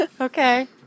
Okay